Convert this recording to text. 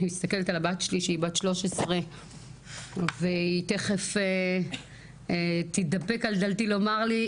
אני מסתכלת על הבת שלי שהיא בת 13 והיא תיכף תתדפק על דלתי לומר לי,